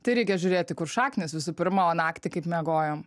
tai reikia žiūrėti kur šaknys visų pirma o naktį kaip miegojom